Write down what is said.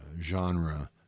genre